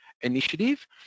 initiative